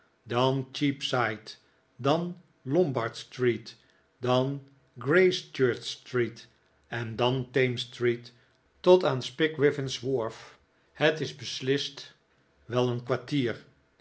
dan cheapside dan lombard street dan gracechurch street en dan thames street tot aan spigwiffin's wharf het is beslist wel een kwartier